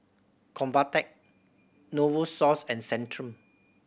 Convatec Novosource and Centrum